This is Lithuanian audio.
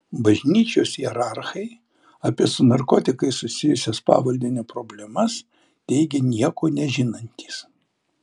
bažnyčios hierarchai apie su narkotikais susijusias pavaldinio problemas teigė nieko nežinantys